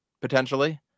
potentially